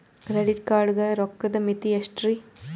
Credit card ಗ ರೋಕ್ಕದ್ ಮಿತಿ ಎಷ್ಟ್ರಿ?